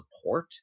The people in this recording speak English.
support